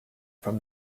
from